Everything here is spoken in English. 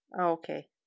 Okay